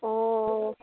অঁ